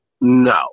No